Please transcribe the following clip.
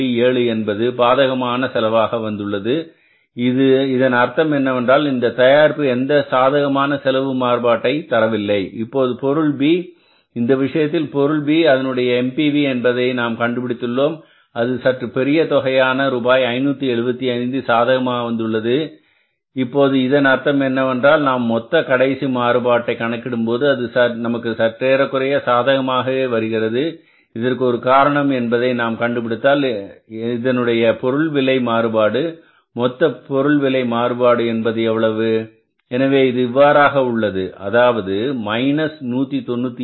7 என்பது பாதகமான செலவாக வந்துள்ளது இதன் அர்த்தம் என்னவென்றால் இந்த தயாரிப்பு எந்த சாதகமான செலவு மாறுபாட்டை தரவில்லை இப்போது பொருள் B இந்த விஷயத்தில் பொருள் B அதனுடைய MPV என்பதை நாம் கண்டுபிடித்துள்ளோம் அது சற்று பெரிய தொகையான ரூபாய் 575 சாதகமாக வந்துள்ளது இப்போது இதன் அர்த்தம் என்னவென்றால் நாம் மொத்த கடைசி மாறுபாட்டை கணக்கிடும்போது அது நமக்கு சற்றேறக்குறைய சாதகமாகவே வருகிறது இதற்கு ஒரு காரணம் என்பதை நாம் கண்டுபிடித்தால் இதனுடைய பொருள் விலை மாறுபாடு மொத்த பொருள் மாறுபாடு என்பது எவ்வளவு எனவே இது இவ்வாறாக உள்ளது அதாவது மைனஸ் 198